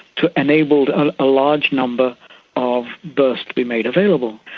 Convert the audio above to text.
to enable a ah large number of berths to be made available.